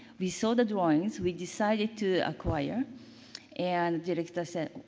we saw the drawings, we decided to acquire and director said,